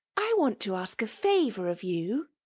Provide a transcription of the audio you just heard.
i want to ask a favour of you.